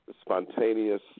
spontaneous